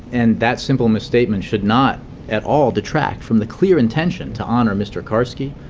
and that simple misstatement should not at all detract from the clear intention to honour mr karski,